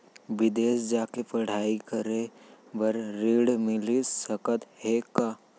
बिदेस जाके पढ़ई करे बर ऋण मिलिस सकत हे का?